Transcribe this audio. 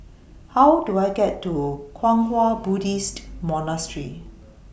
How Do I get to Kwang Hua Buddhist Monastery